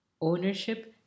ownership